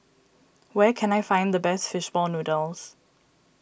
where can I find the best Fish Ball Noodles